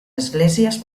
esglésies